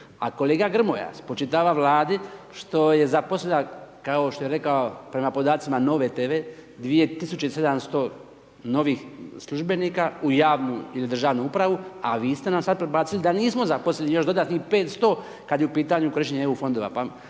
A kolega Grmoja spočitava Vladi što je zaposlila, kao što je rekao prema podacima Nove TV, 2700 novih službenika u javnu ili državnu upravu, a vi ste nam sada predbacili da nismo zaposlili još dodatnih 500 kada je u pitanju korištenje EU Fondova,